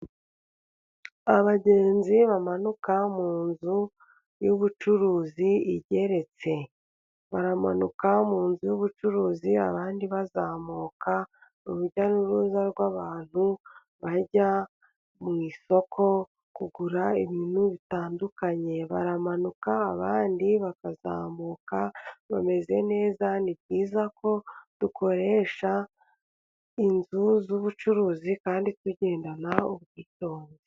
Abagenzi bamanuka mu nzu y'ubucuruzi igeretse, baramanuka mu nzu y'ubucuruzi abandi bazamuka. Urujya n'uruza rw'abantu bajya mu isoko kugura ibintu bitandukanye, baramanuka abandi bakazamuka, bameze neza. Ni byiza ko dukoresha inzu z'ubucuruzi kandi tugendana ubwitonzi.